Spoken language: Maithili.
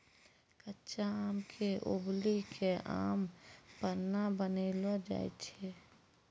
कच्चा आम क उबली कॅ आम पन्ना बनैलो जाय छै